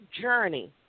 journey